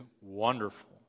wonderful